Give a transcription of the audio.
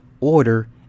order